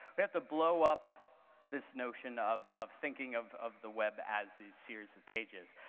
we have to blow up this notion of of thinking of of the web as these series of pages,